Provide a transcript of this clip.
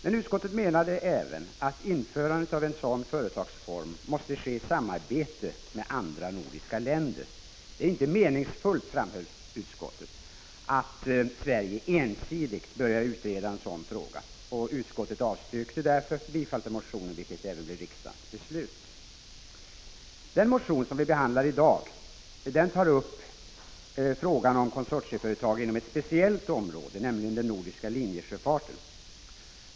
Men utskottet menade även att införandet av en sådan företagsform måste ske i samarbete med andra nordiska länder. Det är inte meningsfullt, framhöll utskottet, att Sverige ensidigt börjar utreda en sådan fråga. Utskottet avstyrkte därför bifall till motionen, vilket även blev riksdagens beslut. Den motion som vi behandlar i dag tar upp frågan om konsortieföretag inom ett speciellt område, nämligen den nordiska linjesjöfarten.